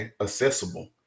accessible